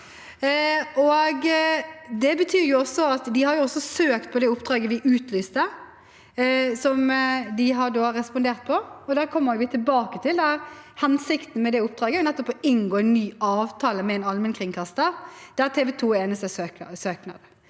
De har også søkt på det oppdraget vi utlyste, de har da respondert på det. Det kommer vi tilbake til, da hensikten med det oppdraget nettopp er å inngå en ny avtale med en allmennkringkaster, der TV 2 er eneste søker.